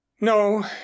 No